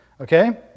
Okay